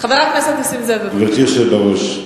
גברתי היושבת בראש,